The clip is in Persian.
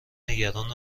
نگران